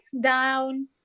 down